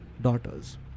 daughters